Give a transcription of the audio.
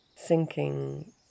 sinking